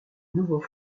nouveau